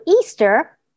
Easter